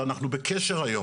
אנחנו בקשר היום,